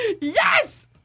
Yes